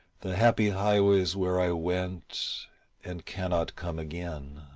the happy highways where i went and cannot come again.